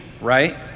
right